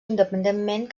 independentment